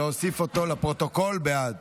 בעד